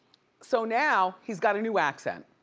so now he's got a new accent.